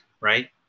right